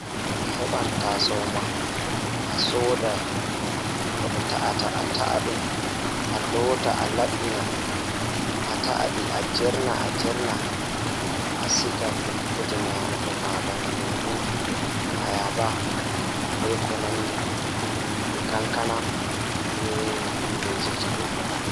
Toɗɗi waɗaɗo ndiyam salaatal haɗiɗo waɗtoore feere moƴƴo. Njahɗu ndiyam bene, oila, e ngol lemon maa biriji maa muku. Njiyataɗo kala ngal nguurndam, ngam ngal ngal njiddaade sabu fiyaangu ngal ngal.